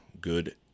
good